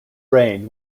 brain